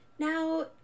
Now